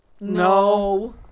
No